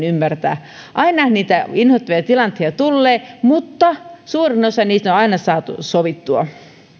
ymmärtää ainahan niitä inhottavia tilanteita tulee mutta suurin osa niistä on aina saatu sovittua